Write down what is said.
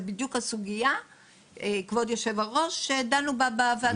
זאת בדיוק הסוגייה שדנו בה בישיבה הקודמת.